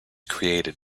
created